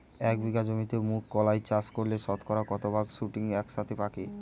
এক বিঘা জমিতে মুঘ কলাই চাষ করলে শতকরা কত ভাগ শুটিং একসাথে পাকে?